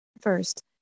First